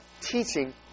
teaching